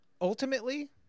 ultimately